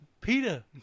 Peter